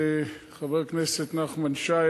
חבר הכנסת נחמן שי,